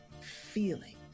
feeling